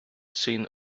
seen